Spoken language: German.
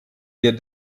wir